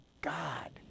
God